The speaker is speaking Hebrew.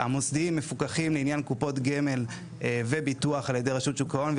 המוסדיים מפוקחים לעניין קופות גמל וביטוח לעל ידי רשות שוק ההון,